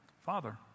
father